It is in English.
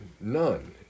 none